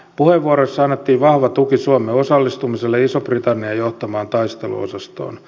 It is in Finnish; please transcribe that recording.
puheenvuoroissa annettiin vahva tuki suomen osallistumiselle ison britannian johtamaan taisteluosastoon